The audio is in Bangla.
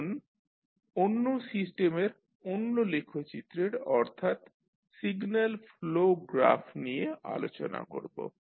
এখন অন্য সিস্টেমের অন্য লেখচিত্রের অর্থাৎ সিগন্যাল ফ্লো গ্রাফ নিয়ে আলোচনা করব